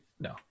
No